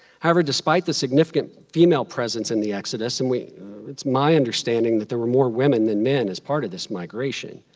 however, despite the significant female presence in the exodus, and it's my understanding that there were more women than men as part of this migration,